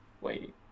Wait